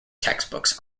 textbooks